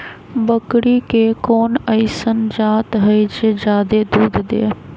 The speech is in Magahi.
बकरी के कोन अइसन जात हई जे जादे दूध दे?